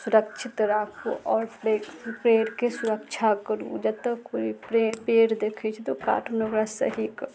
सुरक्षित राखू आओर पेड़के सुरक्षा करू जतऽ कोइ फ्रे पेड़ देखै छी तऽ ओ काटून ओकरा सही कऽ